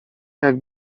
jak